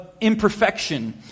imperfection